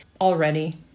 already